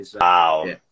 Wow